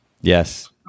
Yes